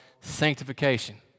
sanctification